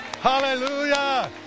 hallelujah